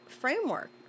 framework